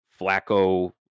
Flacco